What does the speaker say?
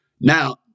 Now